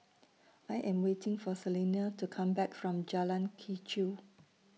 I Am waiting For Selena to Come Back from Jalan Quee Chew